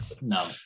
No